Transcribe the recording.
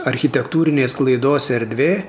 architektūrinės sklaidos erdvė